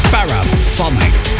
Paraphonic